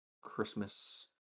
Christmas